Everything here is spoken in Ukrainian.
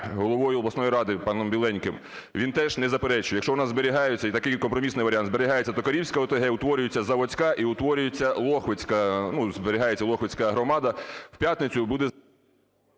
головою обласної ради, паном Біленьким, він теж не заперечує. Якщо у нас зберігаються і такий є компромісний варіант – зберігається Токарівська ОТГ, утворюється Заводська і утворюється Лохвицька, ну, зберігається Лохвицька громада, в п'ятницю буде...